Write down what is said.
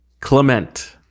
Clement